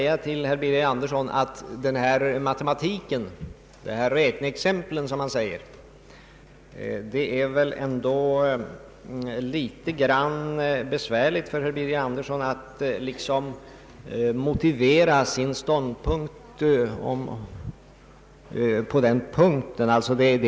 Jag skulle med anledning av herr Birger Anderssons yttrande om räkneexempel vilja säga att det väl ändå är litet besvärligt för honom att motivera sin ståndpunkt i detta avseende.